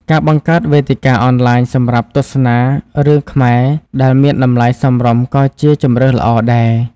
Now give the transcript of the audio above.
ការបង្កើតវេទិកាអនឡាញសម្រាប់ទស្សនារឿងខ្មែរដែលមានតម្លៃសមរម្យក៏ជាជម្រើសល្អដែរ។